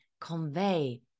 convey